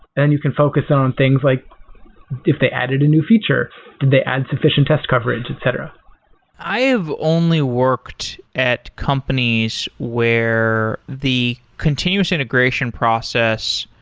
and you can focus on things like if they added a new feature, did they add sufficient test coverage? etc i've only work at companies where the continuous integration process,